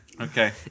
Okay